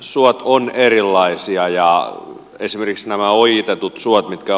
suot ovat erilaisia ja esimerkiksneva ojitetut suot mikä